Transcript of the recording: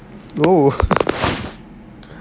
oh